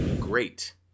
great